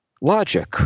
logic